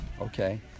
okay